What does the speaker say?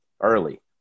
early